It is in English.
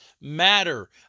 matter